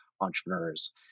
entrepreneurs